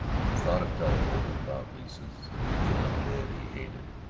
he thought of telephoning about leases, of cajoling men he hated,